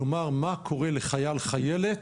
כלומר, מה קורה לחייל או לחיילת